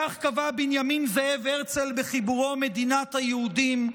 כך קבע בנימין זאב הרצל בחיבורו מדינת היהודים: